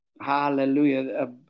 Hallelujah